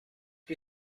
die